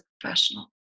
professional